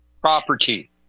Property